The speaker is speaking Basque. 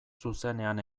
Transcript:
zuzenean